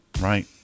Right